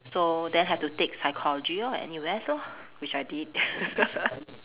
so then have to take psychology lor at N_U_S lor which I did